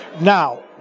now